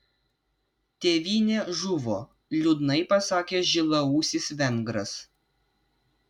tėvynė žuvo liūdnai pasakė žilaūsis vengras